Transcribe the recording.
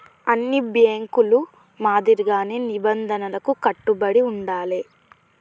అన్ని బ్యేంకుల మాదిరిగానే నిబంధనలకు కట్టుబడి ఉండాలే